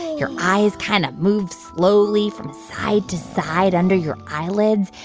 your eyes kind of move slowly from side to side under your eyelids,